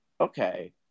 okay